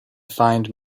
find